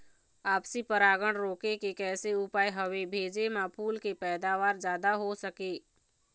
आपसी परागण रोके के कैसे उपाय हवे भेजे मा फूल के पैदावार जादा हों सके?